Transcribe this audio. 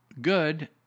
good